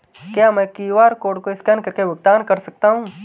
क्या मैं QR code को स्कैन करके भुगतान कर सकता हूं?